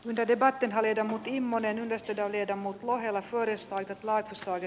lebedeva tenhonen ja matti immonen veisti ja viedä mut ohella porista ja laitos oli